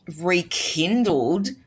Rekindled